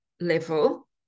level